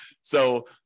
So-